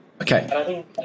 Okay